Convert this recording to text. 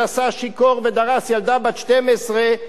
שנסע שיכור ודרס ילדה בת 12,